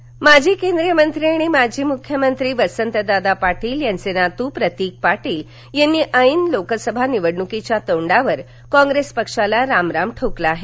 प्रतिक पाटील माजी केंद्रीय मंत्री आणि माजी मुख्यमंत्री वसंतदादा पाटिल यांचे नातू प्रतिक पाटील यांनी ऐन लोकसभा निवडणुकीच्या तोंडावर कॉप्रेस पक्षाला रामराम ठोकला आहे